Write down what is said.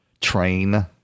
train